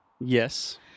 Yes